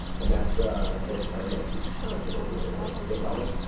and that's i said, i don't know, she's up somewhere. he goes, ok, no problem.